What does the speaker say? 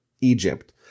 Egypt